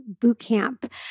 Bootcamp